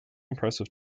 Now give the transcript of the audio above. impressive